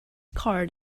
card